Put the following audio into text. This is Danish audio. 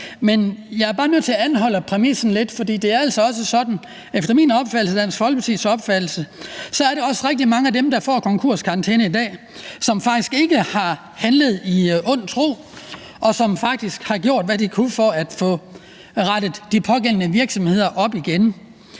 også sådan efter min og efter Dansk Folkepartis opfattelse, at rigtig mange af dem, der får konkurskarantæne i dag, faktisk ikke har handlet i ond tro, men faktisk har gjort, hvad de kunne, for at få rettet de pågældende virksomheder op igen.